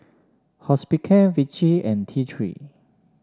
Hospicare Vichy and T Three